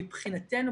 מבחינתנו,